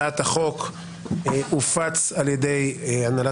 למערכת המשפט הצעת חוק-יסוד: השפיטה (תיקון מס'